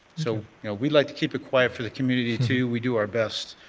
so we like to keep it quiet for the community too, we do our best.